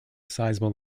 sizable